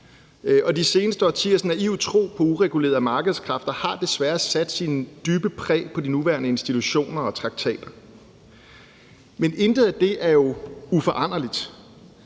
de seneste årtiers naive tro på uregulerede markedskræfter har desværre sat sit dybe præg på de nuværende institutioner og traktater, men intet af det er jo uforanderligt.